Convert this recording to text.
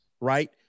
right